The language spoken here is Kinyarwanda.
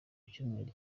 icyumweru